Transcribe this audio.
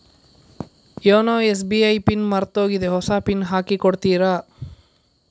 YONO SBI ನ PIN ಮರ್ತೋಗಿದೆ ಹೊಸ ಪಿನ್ ಹಾಕಿ ಕೊಡ್ತೀರಾ?